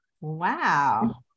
Wow